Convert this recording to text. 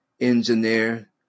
engineer